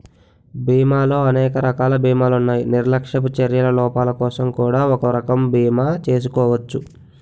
బీమాలో అనేక రకాల బీమాలున్నాయి నిర్లక్ష్యపు చర్యల లోపాలకోసం కూడా ఒక రకం బీమా చేసుకోచ్చు